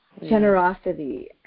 generosity